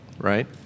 right